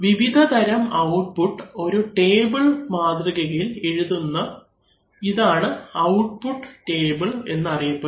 വിവിധതരം ഔട്ട്പുട്ട് ഒരു ടേബിൾ മാതൃകയിൽ എഴുതുന്നു ഇതാണ് ഔട്ട്പുട്ട് ടേബിൾ എന്ന് അറിയപ്പെടുന്നത്